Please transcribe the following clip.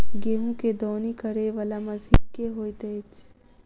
गेंहूँ केँ दौनी करै वला मशीन केँ होइत अछि?